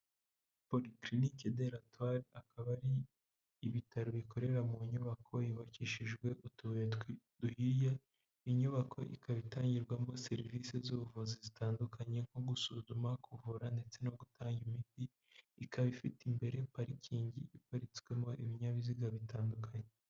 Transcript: Policlinique de ratoire akaba ari ibitaro bikorera mu nyubako yubakishijwe utubari duhiye in nyubako ikaba itangirwamo serivisi z'ubuvuzi zitandukanye nko gusuzuma kuvura ndetse no gutanga imiti ikaba ifite imbere parikingi iparitswemo ibinyabiziga bitandukanye.